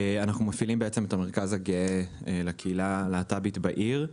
אנחנו מפעילים את המרכז הגאה לקהילה הלהט"בית בעיר.